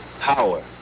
power